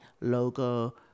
logo